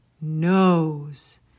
nose